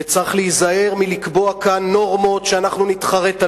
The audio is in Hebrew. וצריך להיזהר מלקבוע כאן נורמות שנתחרט עליהן.